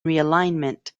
realignment